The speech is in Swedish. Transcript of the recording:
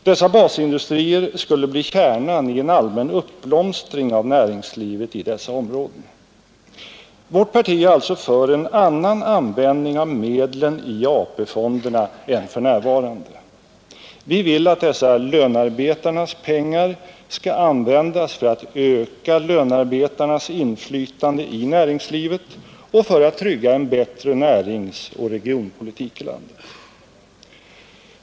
Dessa basindustrier skulle bli kärnan i en allmän uppblomstring av näringslivet i dessa områden. Vårt parti är alltså för en annan användning av medlen i AP-fonderna än den nuvarande. Vi vill att dessa lönearbetarnas pengar skall användas för att öka lönearbetarnas inflytande i näringslivet och för att trygga en bättre näringsoch regionpolitik i landet.